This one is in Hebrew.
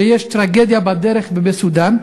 שיש טרגדיה בדרך ובסודאן,